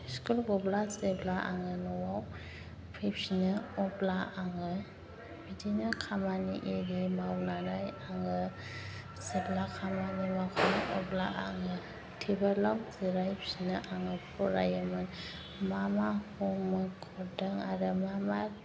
school गब्ला जेब्ला आङो न'आव फैफिनो अब्ला आङो बिदिनो खामानि आरि मावनानै आङो जेब्ला खामानि मावखाङो अब्ला आङो टेबोलाव जिरायफिनना आङो फरायोमोन मा मा हमव'र्क हरदों आरो मा मा